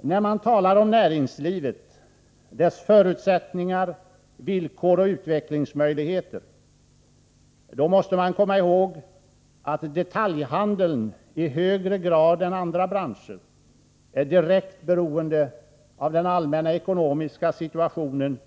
När man talar om näringslivet, dess förutsättningar, villkor och utvecklingsmöjligheter måste man komma ihåg att detaljhandeln i högre grad än andra branscher är direkt beroende av den allmänna ekonomiska situationen